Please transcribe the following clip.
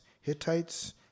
Hittites